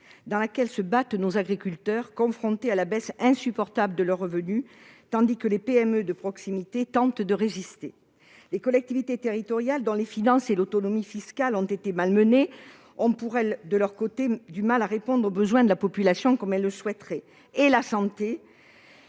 dans laquelle se battent nos agriculteurs, confrontés à la baisse insupportable de leurs revenus, tandis que les PME de proximité tentent de résister. Les collectivités territoriales, dont les finances et l'autonomie fiscale ont été malmenées, ont pour leur part du mal à répondre comme elles le souhaiteraient aux